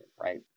right